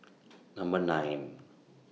Number nine